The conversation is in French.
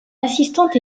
assistante